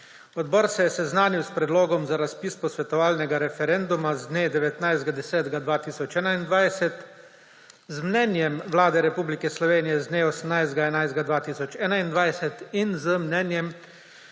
Odbor se je seznanil s predlogom za razpis posvetovalnega referenduma z dne 19. 10. 2021, z mnenjem Vlade Republike Slovenije z dne 18. 11. 2021 in z mnenjem